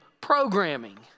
Programming